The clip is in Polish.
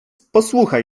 posłuchaj